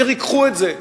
וריככו את זה.